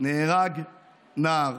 נהרג נער,